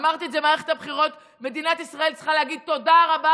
אמרתי את זה במערכת הבחירות: מדינת ישראל צריכה להגיד תודה רבה